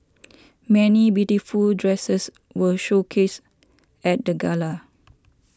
many beautiful dresses were showcased at the gala